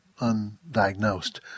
undiagnosed